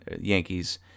Yankees